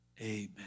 amen